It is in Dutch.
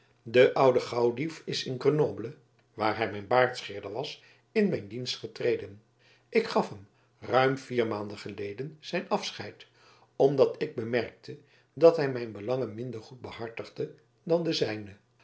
de oude gauwdief is te grenoble waar hij baardscheerder was in mijn dienst getreden ik gaf hem ruim vier maanden geleden zijn afscheid omdat ik bemerkte dat hij mijn belangen minder goed behartigde dan de zijne